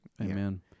Amen